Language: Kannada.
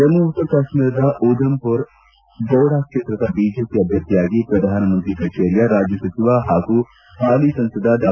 ಜಮ್ನು ಮತ್ತು ಕಾಶ್ಮೀರದ ಉದಂಪುರ ದೋಡಾ ಕ್ಷೇತ್ರದ ಬಿಜೆಪಿ ಅಭ್ವರ್ಥಿಯಾಗಿ ಪ್ರಧಾನ ಮಂತ್ರಿ ಕಚೇರಿಯ ರಾಜ್ಞಸಚಿವ ಹಾಗೂ ಹಾಲಿ ಸಂಸದ ಡಾ